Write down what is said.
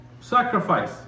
sacrifice